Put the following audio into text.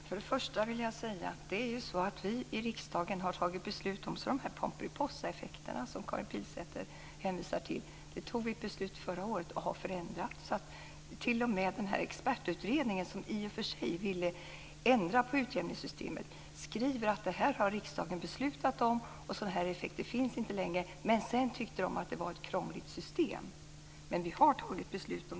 Fru talman! Vi i riksdagen fattade beslut förra året om att förändra de pomperipossaeffekter som Karin Pilsäter hänvisar till. T.o.m. expertutredningen, som i och för sig ville ändra på utjämningssystemet, skriver att riksdagen har fattat beslut och att sådana effekter inte finns längre. Däremot tycker man att det är ett krångligt system, men vi har fattat beslut.